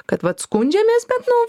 kad vat skundžiamės bet nu